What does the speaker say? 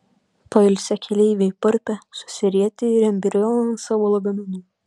pailsę keleiviai parpia susirietę į embrioną ant savo lagaminų